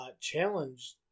challenged